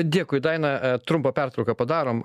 dėkui daina trumpą pertrauką padarom